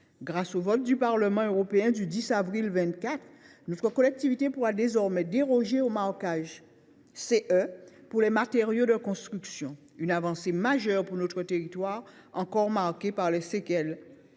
Grâce au vote intervenu au Parlement européen le 10 avril 2024, notre collectivité pourra désormais déroger au marquage CE pour les matériaux de reconstruction, ce qui constitue une avancée majeure pour notre territoire encore marqué par les séquelles